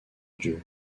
dieu